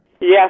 Yes